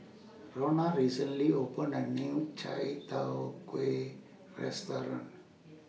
Ronna recently opened A New Chai Tow Kuay Restaurant